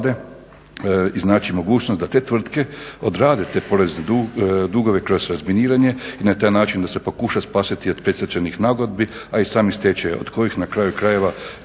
Hvala vam